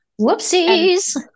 Whoopsies